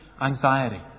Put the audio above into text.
anxiety